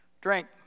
drink